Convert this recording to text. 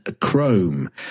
Chrome